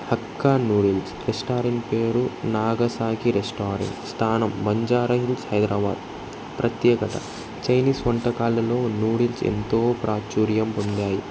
hakka noodles restaurant పేరు Nagasaki restaurant స్థానం బంజారాహిల్స్ హైదరాబాద్ ప్రత్యేకత చైనీస్ వంటకాలలో నూడిల్స్ ఎంతో ప్రాచుర్యం పొందాయి